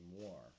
more